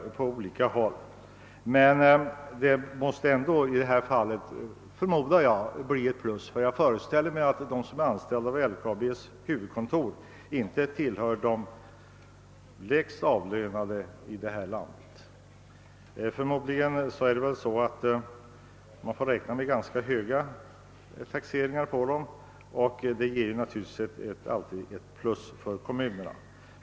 Men jag förmodar att det i detta fall ändå måste bli ett plus för kommunerna. Jag föreställer mig nämligen att de anställda vid LKAB:s huvudkontor inte tillhör de lägst avlönade i landet. Snarare kan man väl räkna med ganska höga inkomsttaxeringar för dem, och därför blir det väl ett plus för kommunerna.